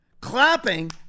clapping